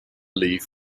leaf